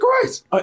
Christ